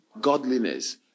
godliness